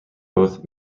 both